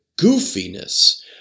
goofiness